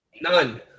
None